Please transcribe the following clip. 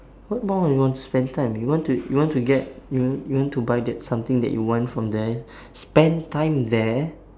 what more you want to spend time you want to you want to get you want you want to buy that something that you want from there spend time there